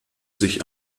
sich